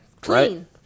Clean